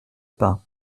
pain